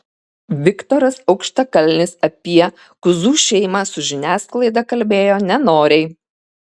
viktoras aukštakalnis apie kuzų šeimą su žiniasklaida kalbėjo nenoriai